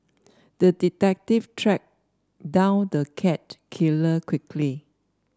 the detective tracked down the cat killer quickly